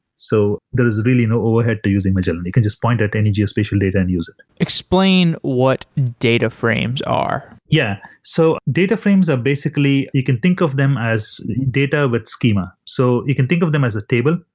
so there is really no overhead to using magellan. you can just point at any geospatial data and use it explain what data frames are yeah, so data frames are basically, you can think of them as data with schema. so you can think of them as a table,